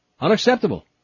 Unacceptable